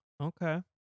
Okay